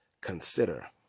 Consider